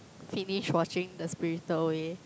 finish watching the spirited-away